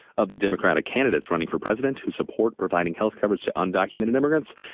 of the democratic candidates running for president who support providing health coverage to undocumented immigrants,